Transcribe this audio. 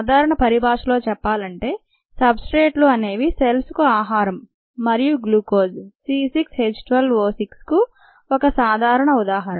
సాధారణ పరిభాషలో చెప్పాలంటే సబ్ స్ట్రేట్లు అనేవి సెల్స్ కు ఆహారం మరియు గ్లూకోజ్ C6H12O6 కు ఒక సాధారణ ఉదాహరణ